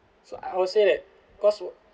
so I was say that cause would